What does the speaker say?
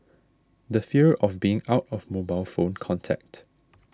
the fear of being out of mobile phone contact